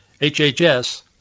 HHS